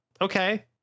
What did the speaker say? Okay